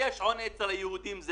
חמד עמאר נכנס וחזר לישיבה.